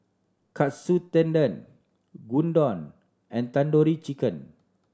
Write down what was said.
Katsu Tendon Gyudon and Tandoori Chicken